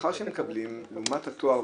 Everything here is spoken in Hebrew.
השכר שהם מקבלים לעומת התואר,